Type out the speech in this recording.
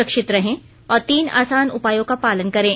सुरक्षित रहें और तीन आसान उपायों का पालन करें